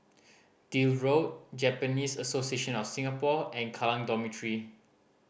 Deal Road Japanese Association of Singapore and Kallang Dormitory